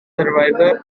surveyor